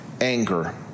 anger